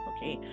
Okay